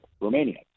Romania